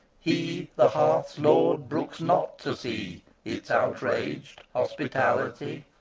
he, the hearth's lord, brooks not to see its outraged hospitality